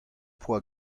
poa